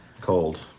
Cold